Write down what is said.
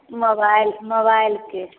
mobile मोबाइलके